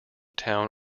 town